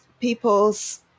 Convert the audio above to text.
people's